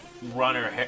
Runner